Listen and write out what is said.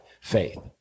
Faith